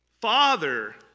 Father